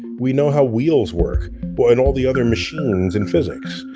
we know how wheels work but and all the other machines in physics.